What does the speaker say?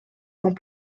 temps